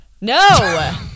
no